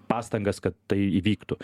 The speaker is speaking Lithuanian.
pastangas kad tai įvyktų